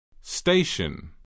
Station